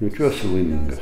jaučiuosi laimingas